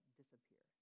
disappear